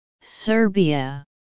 Serbia